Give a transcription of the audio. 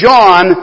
John